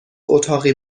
اتاقی